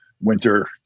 winter